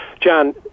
john